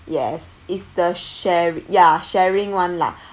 yes is the share ya sharing [one] lah